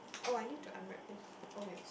oh I need to unwrap this oh wait